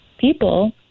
people